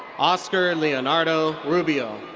oscar leonardo rubio.